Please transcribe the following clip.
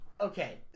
okay